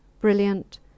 brilliant